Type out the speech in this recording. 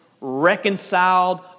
reconciled